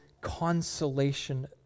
consolation